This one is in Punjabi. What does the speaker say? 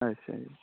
ਅੱਛਾ ਜੀ